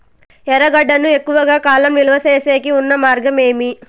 ఎర్రగడ్డ ను ఎక్కువగా కాలం నిలువ సేసేకి ఉన్న మార్గం ఏమి?